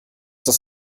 das